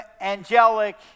angelic